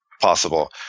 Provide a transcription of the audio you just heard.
possible